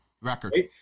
Record